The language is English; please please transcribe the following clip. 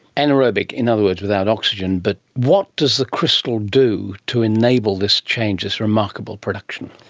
anaerobic? in other words, without oxygen. but what does the crystal do to enable this change, this remarkable production?